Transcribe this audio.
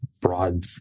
broad